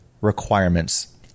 requirements